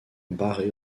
barré